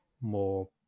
more